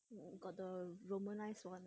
hmm got the romanise [one]